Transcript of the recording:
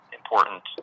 important